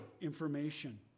information